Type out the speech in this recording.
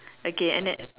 okay and then